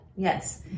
Yes